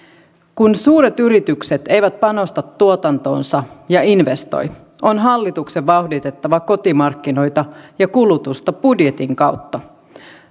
kun suuret yritykset eivät panosta tuotantoonsa ja investoi on hallituksen vauhditettava kotimarkkinoita ja kulutusta budjetin kautta